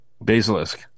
basilisk